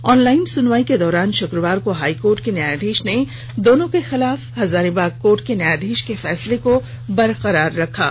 online सुनवाई के दौरान शुक्रवार को हाई कोर्ट के न्यायाधीश ने दोनों के खिलाफ हजारीबाग कोर्ट के न्यायाधीश के फैसले को बरकरार रखा है